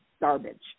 garbage